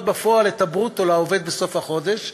בפועל את הברוטו לעובד בסוף החודש,